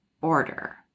order